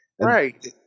Right